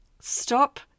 Stop